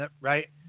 right